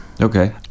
Okay